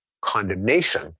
Condemnation